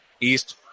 East